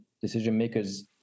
decision-makers